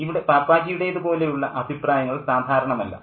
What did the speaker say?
ഇവിടെ പാപ്പാജിയുടേത് പോലെയുള്ള അഭിപ്രായങ്ങൾ സാധാരണമല്ല